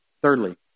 Thirdly